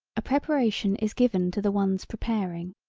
a preparation is given to the ones preparing.